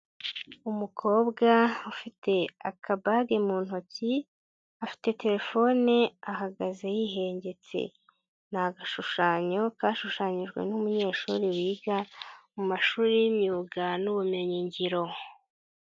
Umukobwa ufite aka bag mu ntoki, afite terefone, ahagaze yihengetse n'agashushanyo kashushanyijwe n'umunyeshuri wiga mu mashuri y'imyuga n'ubumenyingiro.